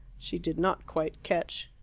she did not quite catch.